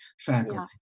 faculty